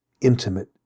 intimate